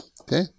Okay